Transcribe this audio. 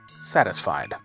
satisfied